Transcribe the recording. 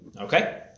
Okay